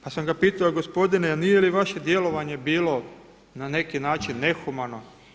Pa sam ga pitao gospodine nije li vaše djelovanje bilo na neki način nehumano?